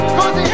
Cause